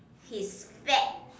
he's fat